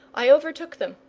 i overtook them,